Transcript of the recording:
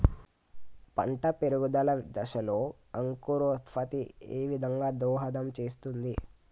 పంట పెరుగుదల దశలో అంకురోత్ఫత్తి ఏ విధంగా దోహదం చేస్తుంది?